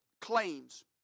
claims